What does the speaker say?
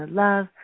love